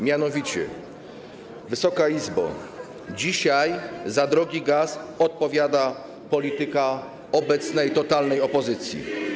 Mianowicie, Wysoka Izbo, dzisiaj za drogi gaz odpowiada polityka obecnej totalnej opozycji.